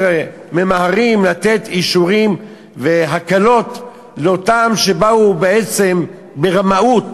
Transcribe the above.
ממהרים לתת אישורים והקלות לאלה שבאו בעצם ברמאות